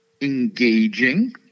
engaging